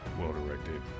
well-directed